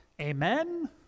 Amen